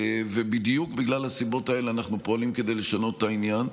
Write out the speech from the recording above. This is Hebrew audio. בדיוק בגלל הסיבות האלה אנחנו פועלים כדי לשנות את העניין.